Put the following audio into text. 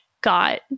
got